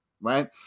right